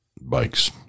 bikes